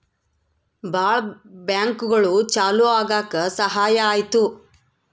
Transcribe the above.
ಭಾಳ ಬ್ಯಾಂಕ್ಗಳು ಚಾಲೂ ಆಗಕ್ ಸಹಾಯ ಆಯ್ತು